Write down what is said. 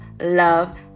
love